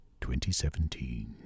2017